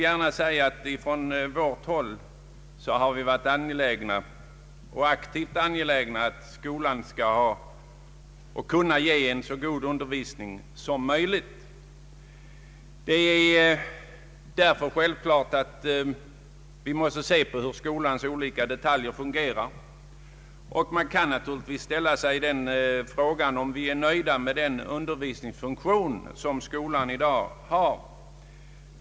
Från vårt håll har vi varit angelägna om och aktivt medverkat till att skolan skall kunna ge en så god undervisning som möjligt. Vi måste se på hur skolans olika detaljer fungerar. Man kan ställa frågan om vi är nöjda med den undervisningsfunktion som skolan i dag har.